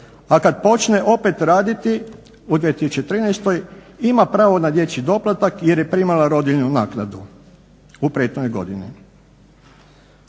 a kada počne opet raditi u 2013.ima pravo na dječji doplatak jer je primala rodiljnu naknadu u prethodnoj godini.